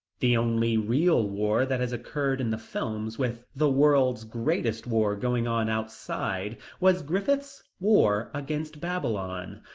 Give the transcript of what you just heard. the only real war that has occurred in the films with the world's greatest war going on outside was griffith's war against babylon.